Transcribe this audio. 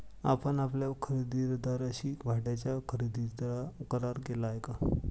आपण आपल्या खरेदीदाराशी भाड्याच्या खरेदीचा करार केला आहे का?